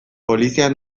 poliziak